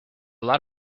lot